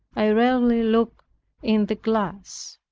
i rarely looked in the glass.